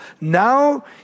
Now